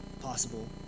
possible